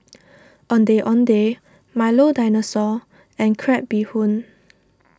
Ondeh Ondeh Milo Dinosaur and Crab Bee Hoon